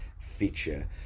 feature